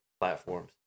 platforms